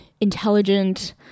intelligent